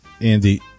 Andy